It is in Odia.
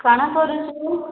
କାଣା କରୁଚୁ